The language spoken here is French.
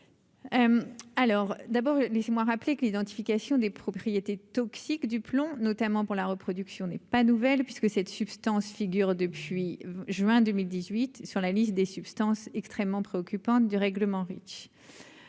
d'abord les m'rappelé que l'identification des propriétés toxiques du plomb, notamment pour la reproduction n'est pas nouvelle puisque cette substance figure depuis juin 2018 sur la liste des substances extrêmement préoccupantes du règlement Reach,